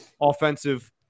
offensive